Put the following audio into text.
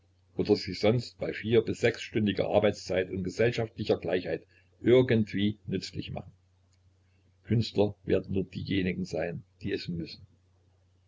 oder sich sonst bei vier bis sechsstündiger arbeitszeit und gesellschaftlicher gleichheit irgendwie nützlich machen künstler werden nur diejenigen sein die es müssen